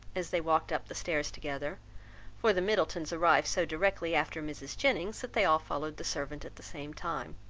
as they walked up the stairs together for the middletons arrived so directly after mrs. jennings, that they all followed the servant at the same time